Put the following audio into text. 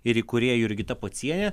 ir įkūrėja jurgita pocienė